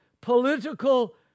political